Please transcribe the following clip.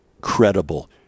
credible